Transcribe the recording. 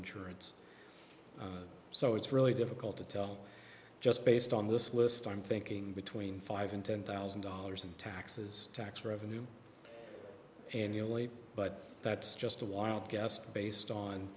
insurance so it's really difficult to tell just based on this list i'm thinking between five and ten thousand dollars in taxes tax revenue annually but that's just a wild guess based on